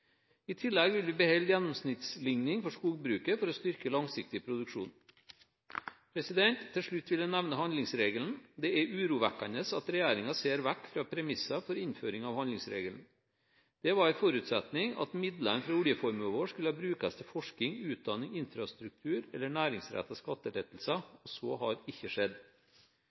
I tillegg vil vi beholde gjennomsnittsligning for skogbruket for å styrke langsiktig produksjon. Til slutt vil jeg nevne handlingsregelen. Det er urovekkende at regjeringen ser vekk fra premisser for innføring av handlingsregelen. Det var en forutsetning at midlene fra oljeformuen vår skulle brukes til forskning, utdanning, infrastruktur eller næringsrettede skattelettelser. Så har ikke skjedd.